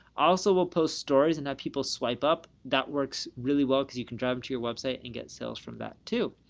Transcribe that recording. also will post stories and that people swipe up that works really well because you can drive it to your website and get sales from that too.